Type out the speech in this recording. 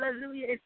Hallelujah